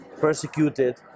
persecuted